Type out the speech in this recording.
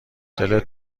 دلت